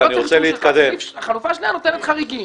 לא צריך אישור שלך, החלופה השנייה נותנת חריגים.